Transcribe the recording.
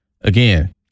Again